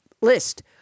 list